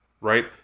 Right